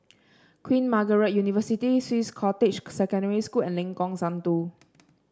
Queen Margaret University Swiss Cottage Secondary School and Lengkong Satu